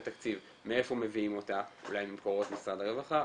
תקציב מאיפה מביאים אותה אולי ממקורות משרד הרווחה,